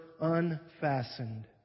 unfastened